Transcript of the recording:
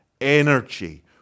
energy